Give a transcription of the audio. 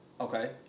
Okay